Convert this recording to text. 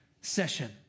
session